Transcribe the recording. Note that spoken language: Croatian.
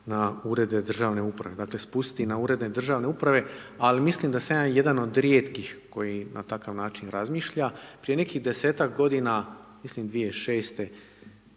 na urede državne uprave, dakle, spustiti na urede državne uprave, ali mislim da sam ja jedan od rijetkih koji na takav način razmišlja. Prije nekih 10-tak g. mislim 2006.-te